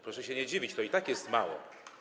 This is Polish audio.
Proszę się nie dziwić, to i tak jest mało.